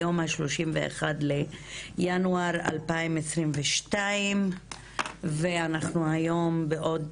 היום ה-31 בינואר 2022. אנחנו היום בעוד